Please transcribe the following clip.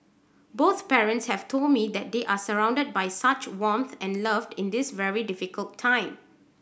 both parents have told me that they are surrounded by such warmth and love in this very difficult time